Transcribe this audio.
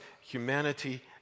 humanity